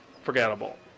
forgettable